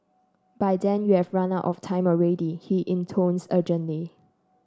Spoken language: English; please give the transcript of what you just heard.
by then you have run out of time already he intones urgently